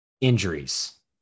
injuries